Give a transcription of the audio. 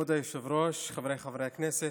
כבוד היושב-ראש, חבריי חברי הכנסת,